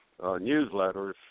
newsletters